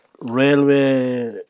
railway